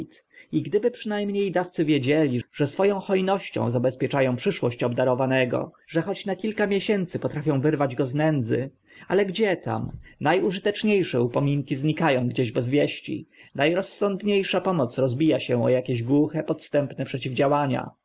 i gdyby przyna mnie dawcy wiedzieli że swo ą ho nością zabezpieczą przyszłość obdarowanego że choć na kilka miesięcy potrafią wyrwać go z nędzy ale gdzie tam na użytecznie sze upominki znika ą gdzieś bez wieści na rozsądnie sza pomoc rozbija się o akieś głuche podstępne przeciwdziałanie